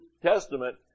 Testament